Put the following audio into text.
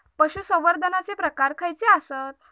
पशुसंवर्धनाचे प्रकार खयचे आसत?